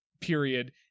period